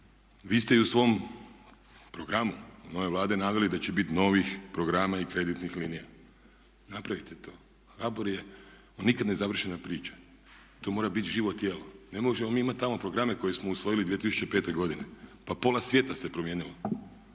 Vi ste i u svom programu nove Vlade naveli da će biti novih programa i kreditnih linija. Napravite to. HBOR je, ono nikad završena priča. To mora biti živo tijelo. Ne možemo mi imati tamo programe koje smo usvojili 2005. godine. Pa pola svijeta se promijenilo.